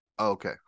okay